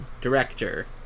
director